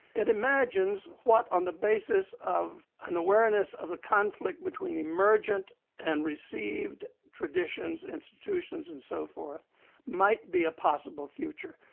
it imagines what on the basis of an awareness of the conflict between emergent and received traditions, institutions and so forth might be a possible future.